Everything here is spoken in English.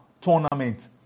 tournament